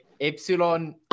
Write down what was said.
epsilon